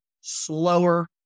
slower